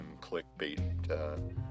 clickbait